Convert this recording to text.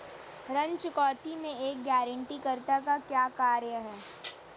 ऋण चुकौती में एक गारंटीकर्ता का क्या कार्य है?